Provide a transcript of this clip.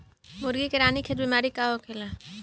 मुर्गी में रानीखेत बिमारी का होखेला?